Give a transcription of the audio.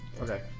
Okay